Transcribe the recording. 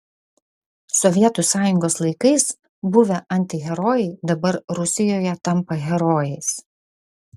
sovietų sąjungos laikais buvę antiherojai dabar rusijoje tampa herojais